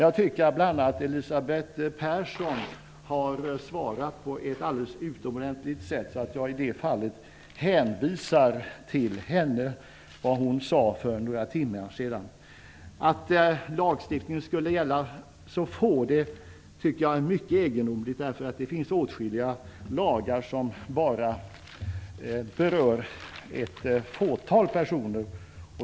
Jag tycker att bl.a. Elisabeth Persson har svarat på ett alldels utomordentligt sätt, så i det fallet hänvisar jag till vad hon sade för några timmar sedan. Argumentet att lagstiftningen skulle gälla så få tycker jag är mycket egendomligt. Det finns åtskilliga lagar som bara berör ett fåtal personer.